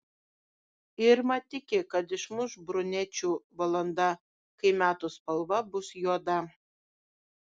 irma tiki kad išmuš brunečių valanda kai metų spalva bus juoda